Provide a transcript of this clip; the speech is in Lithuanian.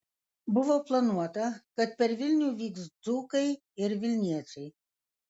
buvo planuota kad per vilnių vyks dzūkai ir vilniečiai